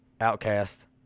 outcast